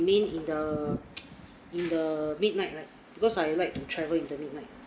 remain in the in the midnight right because I like to travel in the midnight